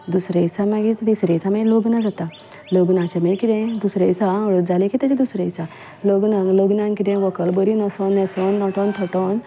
दुसरे दिसा मागीर लग्नां जाता लग्नाचे मागीर किदें दुसऱ्या दिसा हा हळद जाले की ताच्या दुसऱ्या दिसा लग्नाक किदें व्हंकल बरी न्हेसोवन नटोन थटोन